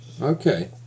Okay